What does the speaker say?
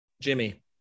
Jimmy